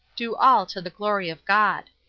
do all to the glory of god!